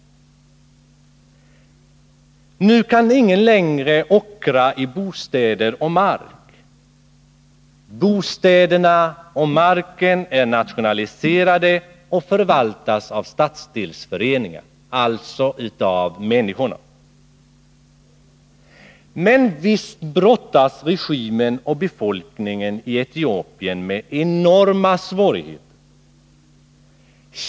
Nu kan ingen längre ockra i bostäder och mark. De är nationaliserade och förvaltas av stadsdelsföreningar, alltså av människorna. Men visst brottas regimen och befolkningen i Etiopien med enorma svårigheter.